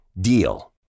DEAL